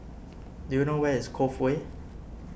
do you know where is Cove Way